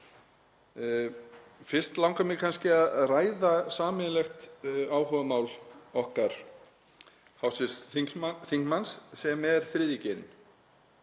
Fyrst langar mig kannski að ræða sameiginlegt áhugamál okkar hv. þingmanns sem er þriðji